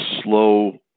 slow